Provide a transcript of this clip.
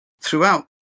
Throughout